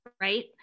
right